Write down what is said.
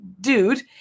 dude